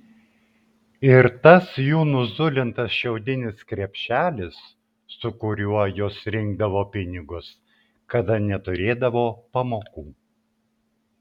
ir tas jų nuzulintas šiaudinis krepšelis su kuriuo jos rinkdavo pinigus kada neturėdavo pamokų